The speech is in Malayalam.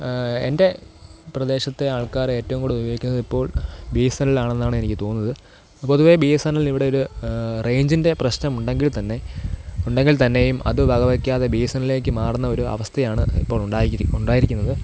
എൻ്റെ പ്രദേശത്തെ ആൾക്കാരേറ്റവും കൂടുതലുപയോഗിക്കുന്നതിപ്പോൾ തോന്നുന്നത് പൊതുവെ ബി എസ് എൻ എല്ലിന്നിവിടൊരു റേയ്ഞ്ചിൻ്റെ പ്രശ്നമുണ്ടെങ്കിൽ തന്നെ ഉണ്ടെങ്കിൽ തന്നെയും അതു വക വെക്കാതെ ബി എസ് എൻ എല്ലിലേക്കു മാറുന്ന ഒരു അവസ്ഥയാണ് ഇപ്പോളുണ്ടായിരി ഉണ്ടായിരിക്കുന്നത്